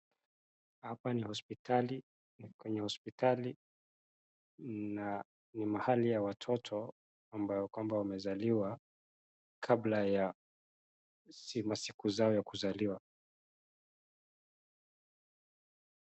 Hapa ni hospitali, ni kwenye hospitali, na ni mahali ya watoto ambao kwamba wamezaliwa kabla ya masiku zao ya kuzaliwa.